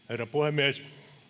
herra puhemies